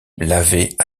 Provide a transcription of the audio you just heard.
l’avait